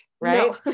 right